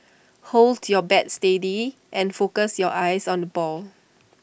hold your bat steady and focus your eyes on the ball